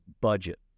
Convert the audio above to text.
budget